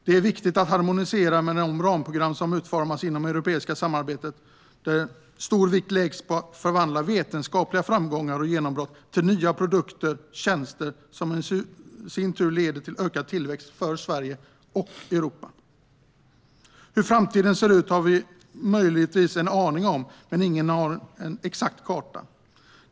Det är viktigt att harmonisera med de ramprogram som utformas inom det europeiska samarbetet, där stor vikt läggs på att förvandla vetenskapliga framgångar och genombrott till nya produkter och tjänster som i sin tur leder till ökad tillväxt för Sverige och Europa. Hur framtiden ser ut har vi möjligtvis en aning om, men ingen har en exakt karta.